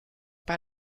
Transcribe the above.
bei